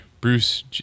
Bruce